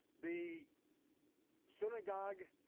the synagogue